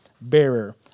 bearer